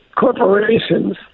corporations